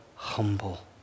humble